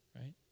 right